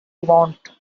want